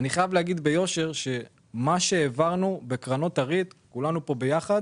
מה שהעברנו לגבי קרנות הריט כולנו פה ביחד